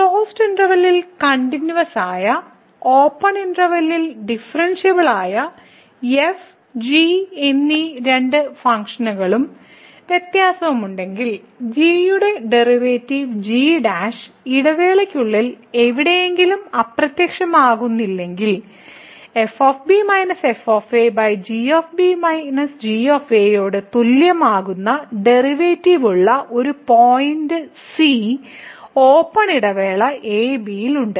closed ഇന്റെർവെല്ലിൽ continuous ആയ open ഇന്റെർവെല്ലിൽ a b ഡിഫറെൻഷ്യബിൾ ആയ f g എന്നീ രണ്ട് ഫംഗ്ഷനുകളും വ്യത്യാസമുണ്ടെങ്കിൽ g യുടെ ഡെറിവേറ്റീവ് g' ഇടവേളയ്ക്കുള്ളിൽ എവിടെയും അപ്രത്യക്ഷമാകുന്നില്ലെങ്കിൽ യോട് തുല്യമാകുന്ന ഡെറിവേറ്റീവ് ഉള്ള ഒരു പോയിന്റ് c ഓപ്പൺ ഇടവേള a b യിൽ ഉണ്ട്